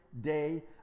day